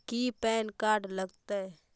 की PAN card लग तै?